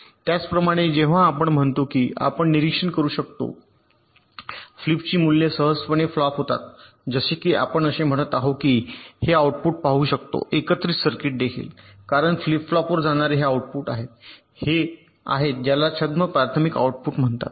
त्याचप्रमाणे जेव्हा आपण म्हणतो की आपण निरीक्षण करू शकतो फ्लिपची मूल्ये सहजपणे फ्लॉप होतात जसे की आपण असे म्हणत आहोत की आपण हे आऊटपुट पाहू शकतो एकत्रित सर्किट देखील कारण फ्लिप फ्लॉपवर जाणारे हे आउटपुट आहेत हे आहेत ज्याला छद्म प्राथमिक आऊटपुट म्हणतात